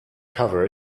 cover